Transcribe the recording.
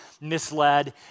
misled